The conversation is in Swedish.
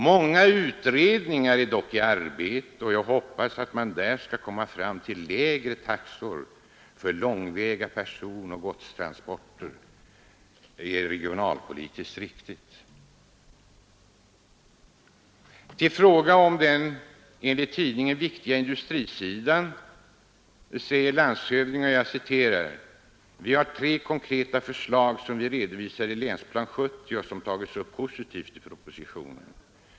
Många utredningar är dock i arbete och jag hoppas man där skall komma fram till att lägre taxor för långväga personoch godstransporter är regionalpolitiskt riktigt.” I fråga om den enligt tidningen viktiga industrisidan säger landshövdingen: ”Tre konkreta förslag, som vi redovisade i länsplan 70, har tagits upp positivt i propositionen.